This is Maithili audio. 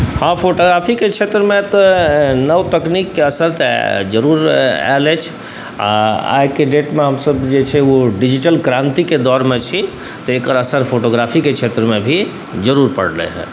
हँ फोटोग्राफीके क्षेत्रमे तऽ नव तकनीकके असरि तऽ जरूर आएल अछि आओर आइके डेटमे हमसब जे छै ओ डिजिटल क्रान्तिके दौड़मे छी तऽ एकर असर फोटोग्राफीके क्षेत्रमे भी जरूर पड़लै हँ